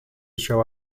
show